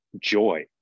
joy